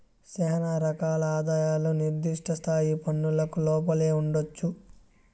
శానా రకాల ఆదాయాలు నిర్దిష్ట స్థాయి పన్నులకు లోపలే ఉండొచ్చు